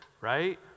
Right